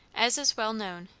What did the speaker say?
as is well known,